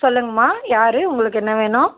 சொல்லுங்கம்மா யார் உங்களுக்கு என்ன வேணும்